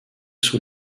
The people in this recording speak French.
sous